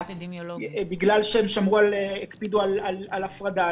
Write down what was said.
בגלל שהם הקפידו על הפרדה,